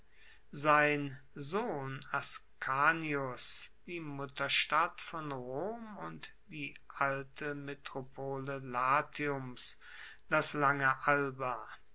sein sohn ascanius die mutterstadt von rom und die alte metropole latiums das lange alba